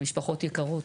משפחות יקרות.